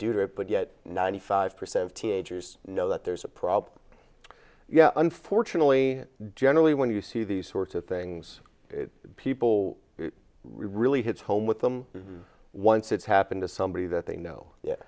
due to it but yet ninety five percent of teenagers know that there's a problem yeah unfortunately generally when you see these sorts of things people really hits home with them once it's happened to somebody that they know